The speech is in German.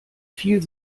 viel